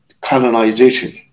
colonization